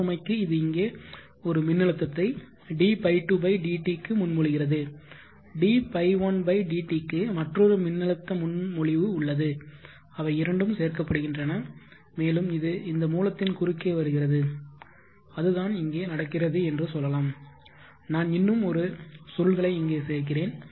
இந்த சுமைக்கு இது இங்கே ஒரு மின்னழுத்தத்தை dϕ2 dt க்கு முன்மொழிகிறது dϕ1 dt க்கு மற்றொரு மின்னழுத்த முன்மொழிவு உள்ளது அவை இரண்டும் சேர்க்கப்படுகின்றன மேலும் இது இந்த மூலத்தின் குறுக்கே வருகிறது அதுதான் இங்கே நடக்கிறது என்று சொல்லலாம் நான் இன்னும் ஒரு சுருள்களை இங்கே சேர்க்கிறேன்